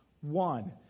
one